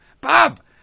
Bob